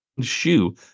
shoe